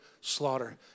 slaughter